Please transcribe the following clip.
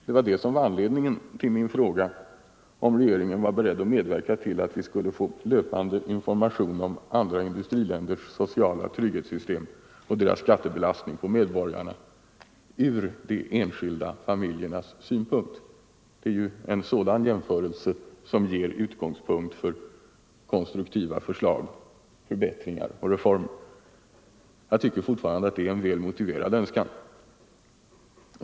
Det var det som var anledningen till frågan om regeringen var beredd att medverka till att vi skulle få löpande information om andra industriländers sociala trygghetssystem och deras skattebelastning på medborgarna ur de enskilda familjernas synpunkt. Det är ju en sådan jämförelse som ger utgångspunkt för konstruktiva förslag, förbättringar och reformer. Jag tycker fortfarande att det är en väl motiverad önskan.